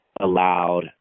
Allowed